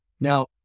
Now